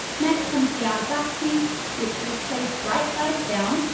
next comes the outer back piece, which is placed right sides down,